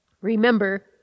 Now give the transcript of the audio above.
remember